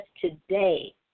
today